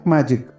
Magic